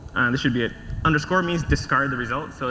this should be underscore means discard the results. so